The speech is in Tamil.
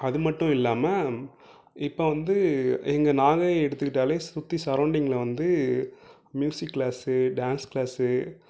அதுமட்டும் இல்லாமல் இப்போ வந்து எங்கள் நாகை எடுத்துக்கிட்டாலே சுற்றி சரவுண்டிங்கில் வந்து மியூசிக் கிளாஸு டான்ஸ் கிளாஸு